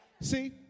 See